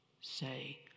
say